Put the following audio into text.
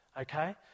okay